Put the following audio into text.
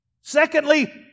Secondly